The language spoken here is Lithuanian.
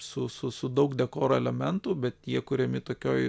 su su daug dekoro elementų bet jie kuriami tokioj